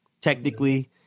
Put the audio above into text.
technically